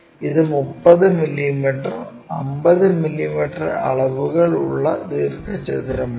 ഇത് 30 millimetre 50 millimetre അളവുകൾ ഉള്ള ദീർഘചതുരമാണ്